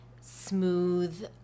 smooth